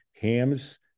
hams